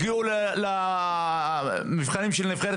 הגיעו למבחנים של נבחרת.